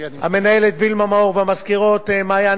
המנהלת וילמה מאור והמזכירות מעיין,